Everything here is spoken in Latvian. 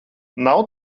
nav